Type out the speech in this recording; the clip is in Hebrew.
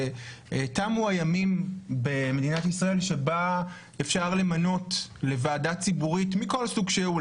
שתמו הימים במדינת ישראל שבה אפשר למנות לוועדה ציבורית מכל סוג שהוא,